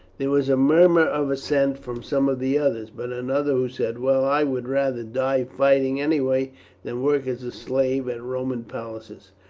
there was a murmur of assent from some of the others but another who said, well, i would rather die fighting anyway than work as a slave at roman palaces,